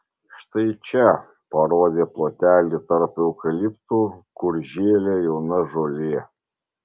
štai čia parodė plotelį tarp eukaliptų kur žėlė jauna žolė